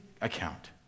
account